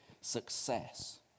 success